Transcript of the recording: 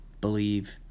believe